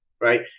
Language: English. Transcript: right